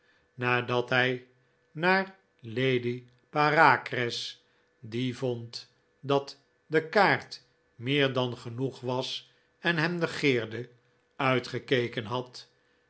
nadat hij naar lady bareacres die vond dat de kaart meer dan genoeg was en hem negeerde uitgekeken had